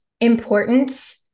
Important